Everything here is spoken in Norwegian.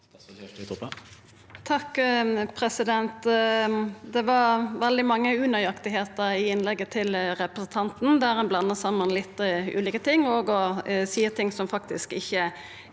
Toppe Det var veldig mange unøyaktigheiter i innlegget til representanten, ein blandar saman litt ulike ting og seier ting som faktisk ikkje er